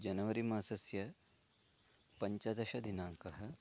January मासस्य पञ्चदशदिनाङ्कः